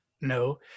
No